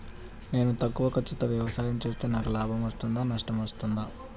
నేను తక్కువ ఖర్చుతో వ్యవసాయం చేస్తే నాకు లాభం వస్తుందా నష్టం వస్తుందా?